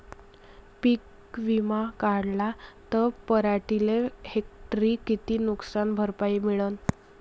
पीक विमा काढला त पराटीले हेक्टरी किती नुकसान भरपाई मिळीनं?